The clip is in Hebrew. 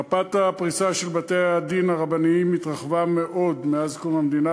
מפת הפריסה של בתי-הדין הרבניים התרחבה מאוד מאז קום המדינה,